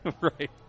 Right